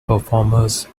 performers